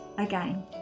Again